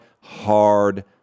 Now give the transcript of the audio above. hard